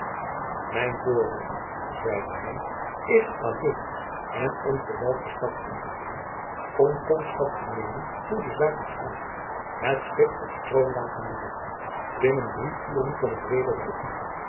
mijn voornemen zeide hij is alleen en onverwijld de stad in te gaan om kondschap te nemen hoe de zaken staan het schip op stroom latende liggen binnen drie uren kom ik weder bij u